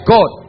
God